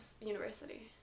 university